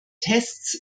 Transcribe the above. tests